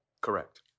Correct